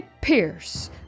Pierce